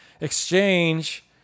exchange